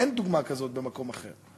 אין דוגמה כזאת במקום אחר.